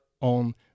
on